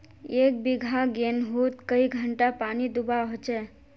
एक बिगहा गेँहूत कई घंटा पानी दुबा होचए?